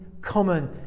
common